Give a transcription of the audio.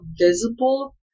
visible